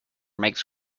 makes